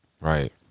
Right